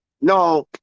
No